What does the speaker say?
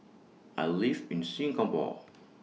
I live in Singapore